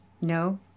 No